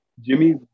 Jimmy